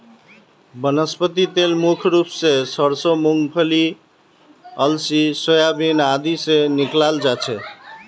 वनस्पति तेल मुख्य रूप स सरसों मूंगफली अलसी सोयाबीन आदि से निकालाल जा छे